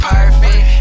Perfect